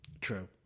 True